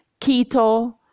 keto